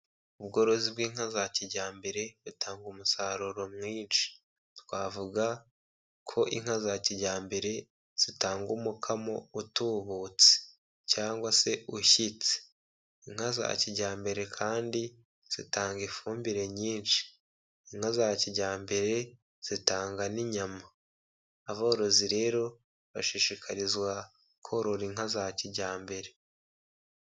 Ubworozi bw'inka za kijyambere butanga umusaruro mwinshi, twavuga ko inka za kijyambere zitanga umukamo utubutse cyangwa se ushyitse, inka za kijyambere kandi zitanga ifumbire nyinshi, inka za kijyambere zitanga n'inyama, aborozi rero bashishikarizwa korora inka za kijyambere.